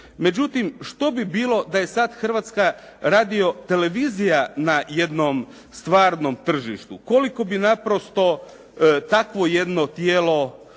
Međutim, što bi bilo da je sad Hrvatska radio-televizija na jednom stvarnom tržištu, koliko bi naprosto takvo jedno tijelo